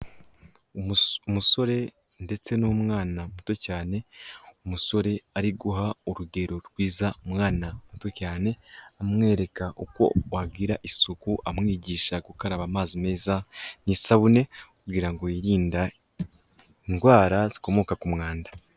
Umusore ndetse n'umwana muto cyane umusore ari guha urugero rwiza umwana muto cyane, amwereka uko wagira isuku amwigisha gukaraba amazi meza n'isabune kugira ngo yirinde indwara zikomoka ku mwanda.